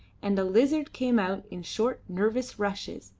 and a lizard came out in short, nervous rushes,